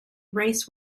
race